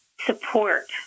support